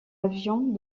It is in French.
avions